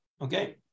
Okay